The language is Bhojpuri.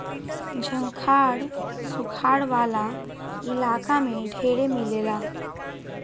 झंखाड़ सुखार वाला इलाका में ढेरे मिलेला